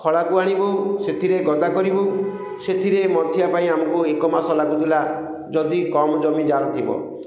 ଖଳାକୁ ଆଣିବୁ ସେଥିରେ ଗଦା କରିବୁ ସେଥିରେ ମନ୍ଥିବା ପାଇଁ ଆମକୁ ଏକ ମାସ ଲାଗୁଥିଲା ଯଦି କମ୍ ଜମି ଯାହାର ଥିବ